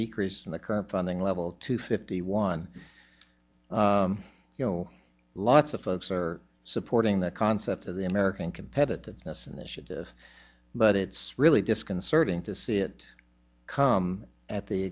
decrease in the current funding level to fifty one you know lots of folks are supporting the concept of the american competitiveness initiative but it's really disconcerting to see it come at the